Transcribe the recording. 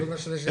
אוקיי.